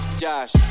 josh